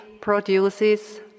produces